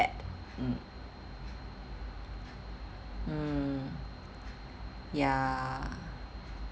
bad mm ya